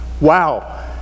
wow